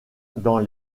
dans